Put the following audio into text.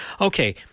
okay—